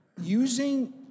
using